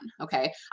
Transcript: okay